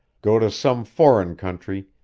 go to some foreign country,